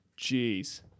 Jeez